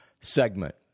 segment